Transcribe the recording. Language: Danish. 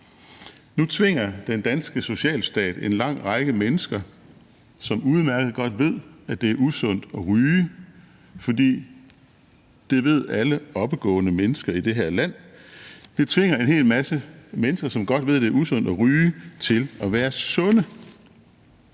Nu tvinger den danske socialstat en lang række mennesker, som udmærket godt ved, at det er usundt at ryge – for det ved alle oppegående mennesker i det her land – til at være sunde. Og det afgørende ord her er jo ikke sundhed,